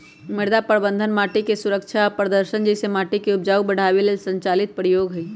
मृदा प्रबन्धन माटिके सुरक्षा आ प्रदर्शन जइसे माटिके उपजाऊ बढ़ाबे लेल संचालित प्रयोग हई